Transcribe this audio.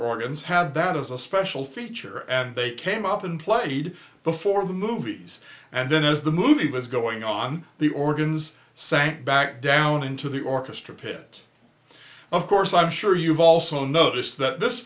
organs have that as a special feature and they came up and played before the movies and then as the movie was going on the organs sank back down into the orchestra pit of course i'm sure you've also noticed that this